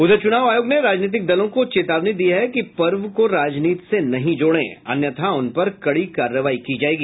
उधर चुनाव आयोग ने राजनीतिक दलों को चेतावनी दी है कि पर्व को राजनीति से नहीं जोड़े अन्यथा उन पर कड़ी कार्रवाई की जायेगी